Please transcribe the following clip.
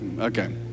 Okay